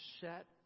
set